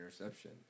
interception